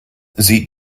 sieht